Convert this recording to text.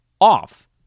off